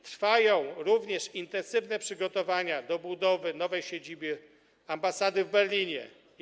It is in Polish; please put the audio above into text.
Trwają również intensywne przygotowania do budowy nowej siedziby ambasady w Berlinie i